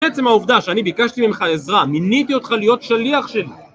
בעצם העובדה שאני ביקשתי ממך עזרה, מיניתי אותך להיות שליח שלי.